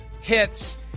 hits